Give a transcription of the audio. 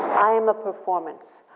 i am a performance.